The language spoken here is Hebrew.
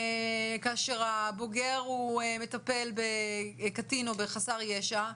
כאשר הבוגר מטפל בקטין או בחסר ישע,